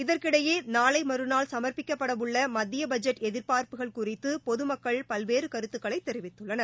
இதற்கிடையே நாளை மறுநாள் சுமர்ப்பிக்கப்படவுள்ள மத்திய பட்ஜெட் எதிர்பா்ப்புகள் குறித்து பொதுமக்கள் பல்வேறு கருத்துக்களை தெரிவித்துள்ளனர்